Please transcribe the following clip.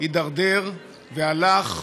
הידרדר והלך,